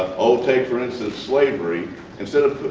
okay for instance, slavery instead of